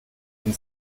den